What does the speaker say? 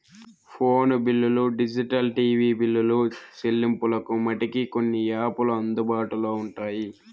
phone బిల్లులు digital TV బిల్లులు సెల్లింపులకు మటికి కొన్ని యాపులు అందుబాటులో ఉంటాయి